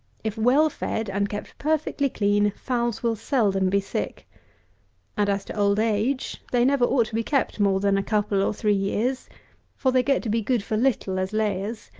if well fed, and kept perfectly clean, fowls will seldom be sick and, as to old age, they never ought to be kept more than a couple or three years for they get to be good for little as layers,